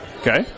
Okay